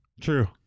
True